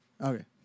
Okay